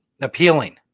appealing